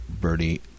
Bernie